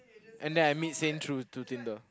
and then I meet Sein through through Tinder